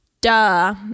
duh